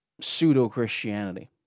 pseudo-Christianity